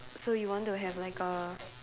so you want to have like a